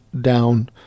down